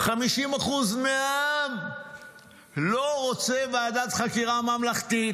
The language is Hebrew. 50% מהעם לא רוצה ועדת חקירה ממלכתית.